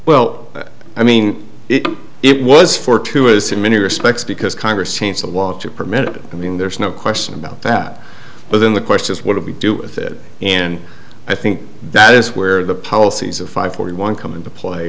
well i mean it was fortuitous in many respects because congress changed the law to permit it i mean there's no question about that but then the question is what do we do with it and i think that is where the policies of five forty one come into play